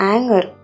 Anger –